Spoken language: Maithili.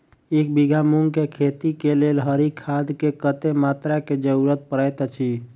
एक बीघा मूंग केँ खेती केँ लेल हरी खाद केँ कत्ते मात्रा केँ जरूरत पड़तै अछि?